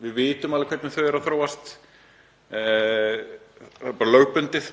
Við vitum alveg hvernig þau eru að þróast, það er lögbundið.